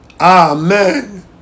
Amen